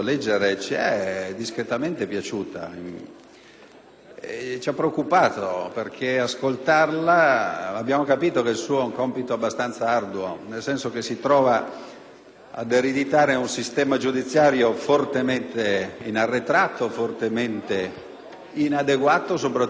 Ci ha preoccupato perché ascoltandola abbiamo capito che il suo è un compito abbastanza arduo, nel senso che si trova ad ereditare un sistema giudiziario fortemente arretrato ed inadeguato, soprattutto in relazione alla domanda di giustizia che arriva dal Paese.